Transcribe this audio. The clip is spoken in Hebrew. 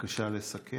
בבקשה לסכם.